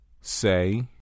Say